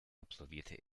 absolvierte